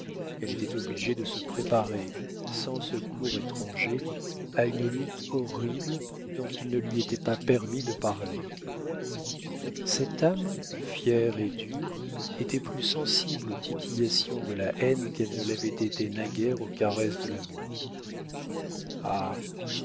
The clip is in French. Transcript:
elle était obligée de se préparer sans secours étranger à une lutte horrible dont il ne lui était pas permis de parler cette âme fière et dure était plus sensible aux titillations de la haine qu'elle ne l'avait été naguère aux caresses de l'amour